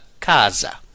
casa